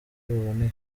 buboneye